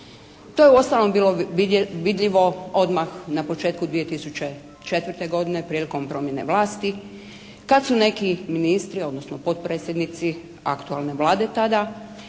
To je uostalom bilo vidljivo odmah na početku 2004. godine prilikom promjene vlasti kad su neki ministri, odnosno potpredsjednici aktualne Vlade tada